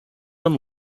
than